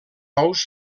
ous